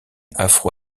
afro